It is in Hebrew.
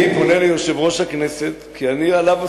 אני פונה ליושב-ראש הכנסת, כי אני עליו סומך.